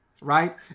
right